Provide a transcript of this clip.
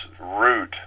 route